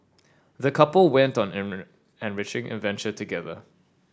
the couple went on an enriching adventure together